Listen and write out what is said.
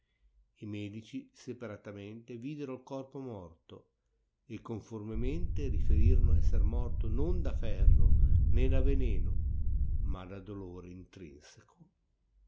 i medici separatamente videro il corpo morto e conformemente riferirono essere morto non da ferro né da veneno ma da dolore intrinseco